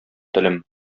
телем